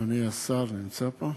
אדוני השר, הוא נמצא פה?